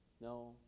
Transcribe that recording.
No